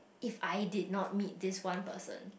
if I did not meet this one person